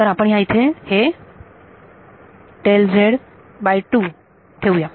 तर आपण ह्या इथे हे ठेवू